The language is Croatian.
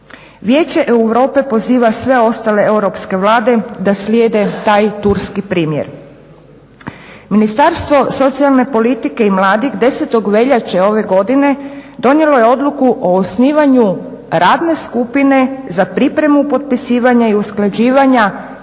Vijeće Europe poziva sve ostale Europske vlade da slijede taj Turski primjer. Ministarstvo socijalne politike i mladih 10. Veljače ove godine donijelo je odluku o osnivanju radne skupine za pripremu potpisivanja i usklađivanja